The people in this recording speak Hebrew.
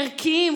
ערכיים,